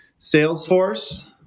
Salesforce